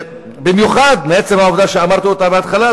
במיוחד מעצם העובדה שאמרתי אותה בהתחלה,